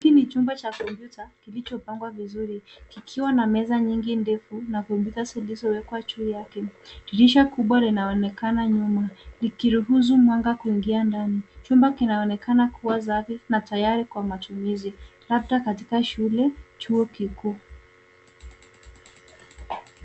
Hii ni chumba cha kompyuta kilichopangwa vizuri kikiwa na meza nyingi ndefu na kompyuta zilizowekwa juu yake. Dirisha kubwa linaonekana nyuma likiruhusu mwanga kuingia ndani. Chumba kinaonekana kuwa safi na tayari kwa matumizi, labda katika shule chuo kikuu.